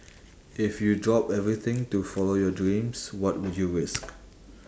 if you drop everything to follow your dreams what would you risk